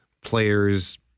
players